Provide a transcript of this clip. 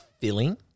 filling